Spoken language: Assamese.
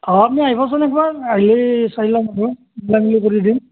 অঁ আপুনি আহিবচোন একবাৰ আহিলি চাই ল'ম আকৌ মিলামিলি কৰি দিম